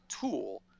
tool